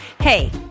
Hey